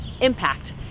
impact